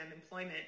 employment